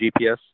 GPS